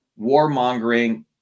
warmongering